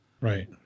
Right